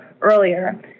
earlier